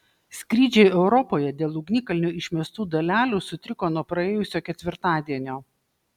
skrydžiai europoje dėl ugnikalnio išmestų dalelių sutriko nuo praėjusio ketvirtadienio